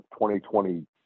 2020